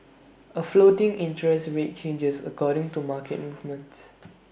A floating interest rate changes according to market movements